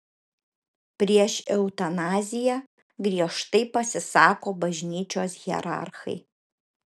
prieš eutanaziją giežtai pasisako bažnyčios hierarchai